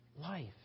Life